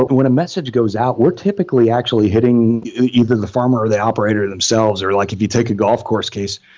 when a message goes out, we're typically actually hitting either the farmer or the operator themselves, or like if you take a golf course case,